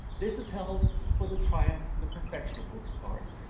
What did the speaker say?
this is held for the triumph and the perfection of works of art.